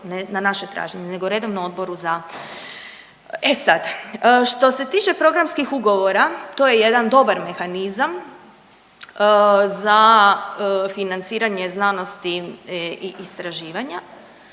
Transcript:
na naše traženje, nego redovno odboru za… E sad, što se tiče programskih ugovora, to je jedan dobar mehanizam, za financiranje znanosti i istraživanja,